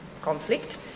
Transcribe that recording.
conflict